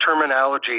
terminology